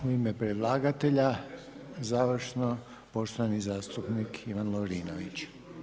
U ime predlagatelja završno poštovani zastupnik Ivan Lovrinović.